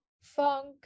funk